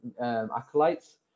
acolytes